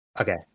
Okay